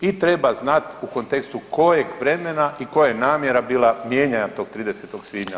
I treba znati u kontekstu kojeg vremena i koja je namjera bila mijenjanja tog 30. svibnja na 25.